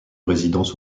résidence